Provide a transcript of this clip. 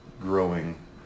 growing